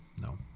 No